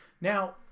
Now